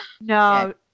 No